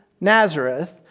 Nazareth